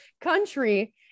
country